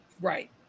Right